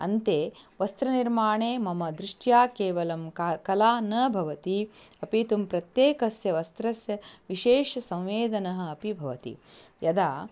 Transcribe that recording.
अन्ते वस्त्रनिर्माणे मम दृष्ट्या केवलं का कला न भवति अपि तु प्रत्येकस्य वस्त्रस्य विशेषसंवेदना अपि भवति यदा